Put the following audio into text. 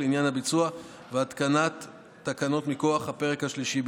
לנוסחו של החוק בעת חקיקתו שהועברה לשרת הכלכלה והתעשייה,